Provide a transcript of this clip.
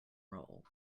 roll